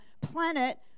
planet